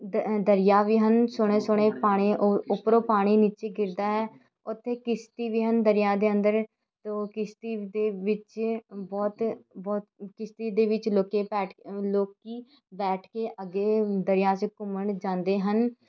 ਦ ਦਰਿਆ ਵੀ ਹਨ ਸੋਹਣੇ ਸੋਹਣੇ ਪਾਣੀ ਉ ਉੱਪਰੋਂ ਪਾਣੀ ਨੀਚੇ ਗਿਰਦਾ ਹੈ ਉੱਥੇ ਕਿਸ਼ਤੀ ਵੀ ਹਨ ਦਰਿਆ ਦੇ ਅੰਦਰ ਤੋ ਕਿਸ਼ਤੀ ਦੇ ਵਿੱਚ ਬਹੁਤ ਬਹੁਤ ਕਿਸ਼ਤੀ ਦੇ ਵਿੱਚ ਲੋਕ ਬੈਠ ਲੋਕ ਬੈਠ ਕੇ ਅੱਗੇ ਦਰਿਆ 'ਚ ਘੁੰਮਣ ਜਾਂਦੇ ਹਨ